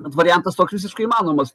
variantas toks visiškai įmanomas